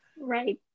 right